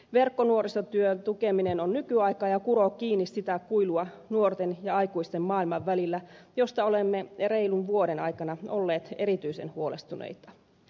verkkonuorisotyön tukeminen on nykyaikaa ja kuroo kiinni sitä kuilua nuorten ja aikuisten maailman välillä josta olemme reilun vuoden ajan olleet erityisen huolestuneita